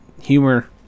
humor